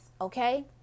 okay